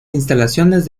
instalaciones